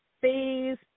phase